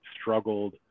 struggled